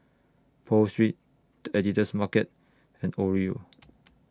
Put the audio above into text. Pho Street The Editor's Market and Oreo